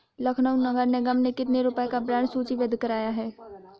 लखनऊ नगर निगम ने कितने रुपए का बॉन्ड सूचीबद्ध कराया है?